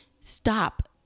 Stop